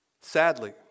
Sadly